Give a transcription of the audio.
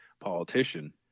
politician